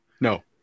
No